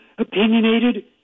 Opinionated